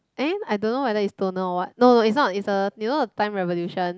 and I don't know whether is toner or what no no is not you know the time revolution